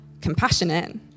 compassionate